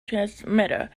transmitter